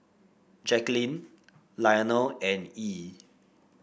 Jacalyn Lionel and Yee